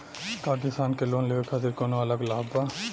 का किसान के लोन लेवे खातिर कौनो अलग लाभ बा?